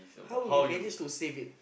how you manage to save it